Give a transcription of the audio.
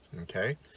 Okay